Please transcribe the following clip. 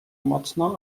mocno